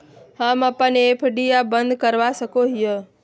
हम अप्पन एफ.डी आ बंद करवा सको हियै